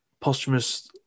posthumous